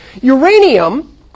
uranium